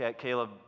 Caleb